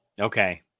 Okay